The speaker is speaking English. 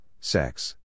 Sex